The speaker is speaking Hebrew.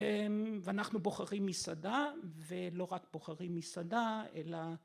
ואנחנו בוחרים מסעדה ולא רק בוחרים מסעדה אלא